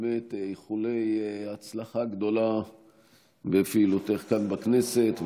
ובאמת איחולי הצלחה גדולה בפעילותך כאן בכנסת.